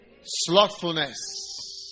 Slothfulness